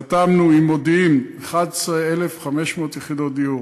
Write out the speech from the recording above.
חתמנו עם מודיעין, 11,500 יחידות דיור,